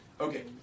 Okay